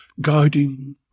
guiding